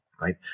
right